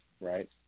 right